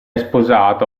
sposato